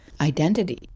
identity